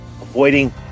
avoiding